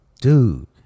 Dude